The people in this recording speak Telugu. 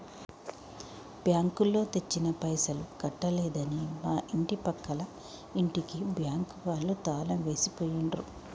బ్యాంకులో తెచ్చిన పైసలు కట్టలేదని మా ఇంటి పక్కల ఇంటికి బ్యాంకు వాళ్ళు తాళం వేసి పోయిండ్రు